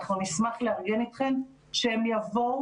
אנחנו נשמח לארגן איתכם שהן יבואו.